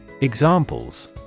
Examples